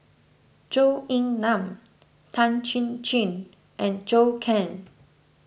Zhou Ying Nan Tan Chin Chin and Zhou Can